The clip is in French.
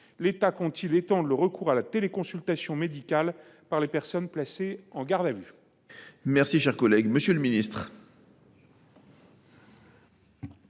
l’État compte t il étendre le recours à la téléconsultation médicale par les personnes placées en garde à vue ? La parole est à M. le ministre